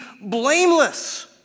blameless